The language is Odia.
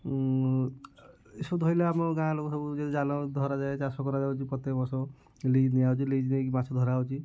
ଏ ସବୁ ଧଇଲେ ଆମ ଗାଁ ଲୋକ ସବୁ ଜାଲ ଧରାଯାଏ ଚାଷ କରାଯାଉଛି ପ୍ରତ୍ୟେକ ବର୍ଷ ଲିଜ୍ ନିଆ ହେଉଛି ଲିଜ୍ ନିଆ ହେଇକି ମାଛ ଧରା ହେଉଛି